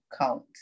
count